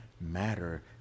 matter